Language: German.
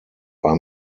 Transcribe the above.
war